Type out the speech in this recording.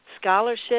Scholarship